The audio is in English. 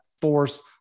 force